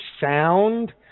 sound